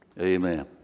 Amen